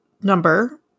number